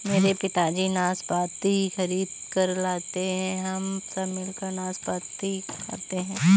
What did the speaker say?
मेरे पिताजी नाशपाती खरीद कर लाते हैं हम सब मिलकर नाशपाती खाते हैं